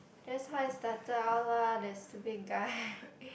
that's how it started out lah that stupid guy